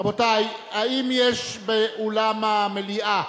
רבותי, האם יש באולם המליאה